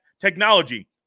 technology